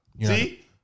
See